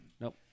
Nope